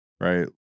right